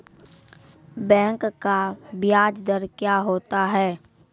Bank का ब्याज दर क्या होता हैं?